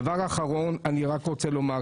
דבר אחרון, אני רק רוצה לומר